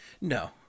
No